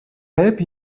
help